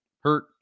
hurt